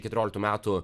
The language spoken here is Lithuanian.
keturioliktų metų